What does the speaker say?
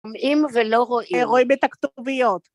שומעים ולא רואים. רואים את הכתוביות.